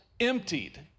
Emptied